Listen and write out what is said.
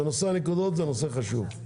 נושא הנקודות זה נושא חשוב.